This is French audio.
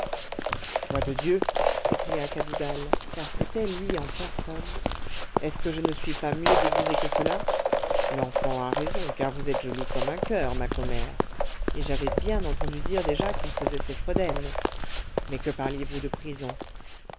foi de dieu n'écria cadoudal car c'était lui en personne est-ce que je ne suis pas mieux déguisé que cela l'enfant a raison car vous êtes jolie comme un coeur ma commère et j'avais bien entendu dire déjà qu'il faisait ses fredaines mais que parliez vous de prison